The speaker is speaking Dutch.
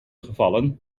gevallen